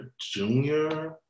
junior